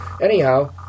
anyhow